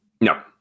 No